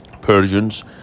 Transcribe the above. Persians